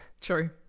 true